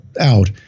out